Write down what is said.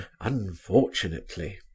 unfortunately